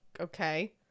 Okay